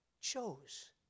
chose